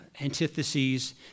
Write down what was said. antitheses